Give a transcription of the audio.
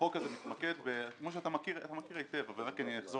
החוק הזה מתמקד אתה מכיר היטב אבל אני אחזור